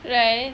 right